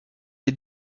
les